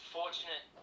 fortunate